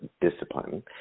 discipline